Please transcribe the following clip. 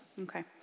Okay